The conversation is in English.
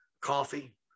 coffee